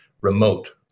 remote